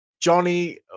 Johnny